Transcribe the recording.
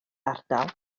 ardal